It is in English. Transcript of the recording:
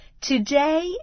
Today